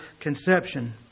conception